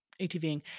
ATVing